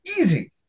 Easy